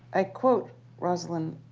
i quote rosalind,